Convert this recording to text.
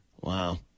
Wow